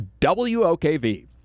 WOKV